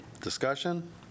Discussion